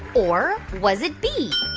or was it b,